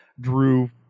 Drew